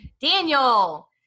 Daniel